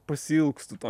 pasiilgstu to